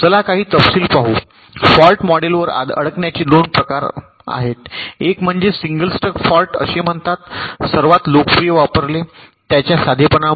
चला काही तपशील पाहू फॉल्ट मॉडेलवर अडकण्याचे दोन प्रकार आहेत एक म्हणजे सिंगल स्टक फॉल्ट असे म्हणतात सर्वात लोकप्रिय वापरले त्याच्या साधेपणामुळे